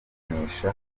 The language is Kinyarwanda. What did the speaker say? kuburanisha